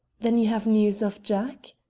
then you have news of jack?